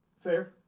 Fair